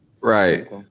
right